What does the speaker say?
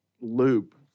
loop